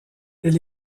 elle